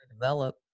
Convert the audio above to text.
develop